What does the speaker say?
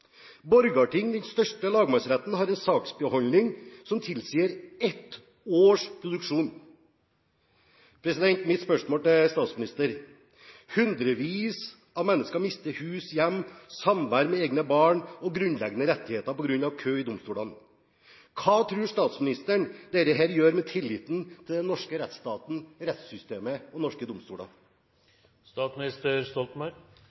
den største lagmannsretten, har en saksbehandling som tilsier ett års produksjon. Mitt spørsmål til statsministeren er: Hundrevis av mennesker mister hus, hjem, samvær med egne barn og grunnleggende rettigheter på grunn av kø i domstolene. Hva tror statsministeren dette gjør med tilliten til den norske rettsstaten, rettssystemet og norske